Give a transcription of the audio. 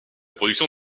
production